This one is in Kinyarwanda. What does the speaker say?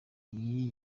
iyi